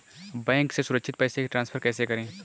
Bank से सुरक्षित पैसे ट्रांसफर कैसे करें?